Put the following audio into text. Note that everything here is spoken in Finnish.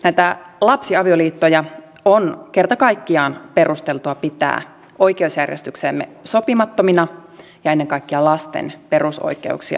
näitä lapsiavioliittoja on kerta kaikkiaan perusteltua pitää oikeusjärjestykseemme sopimattomina ja ennen kaikkea lasten perusoikeuksia loukkaavina